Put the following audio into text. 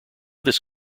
this